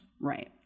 Right